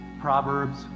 proverbs